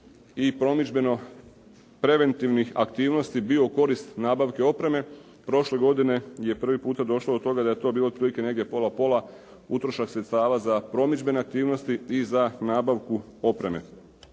i promidžbeno preventivnih aktivnosti bio u korist nabavke opreme. Prošle godine je prvi puta došlo do toga da je to bilo otprilike negdje pola-pola utrošak sredstava za promidžbene aktivnosti i za nabavku opreme.